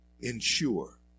ensure